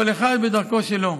כל אחד בדרכו שלו.